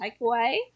takeaway